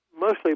mostly